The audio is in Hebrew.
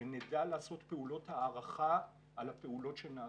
ונדע לעשות פעולות הערכה על הפעולות שנעשו.